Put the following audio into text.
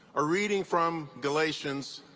a reading from galatians,